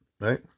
right